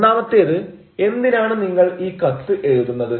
ഒന്നാമത്തേത് എന്തിനാണ് നിങ്ങൾ ഈ കത്ത് എഴുതുന്നത്